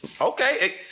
Okay